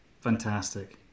Fantastic